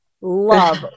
love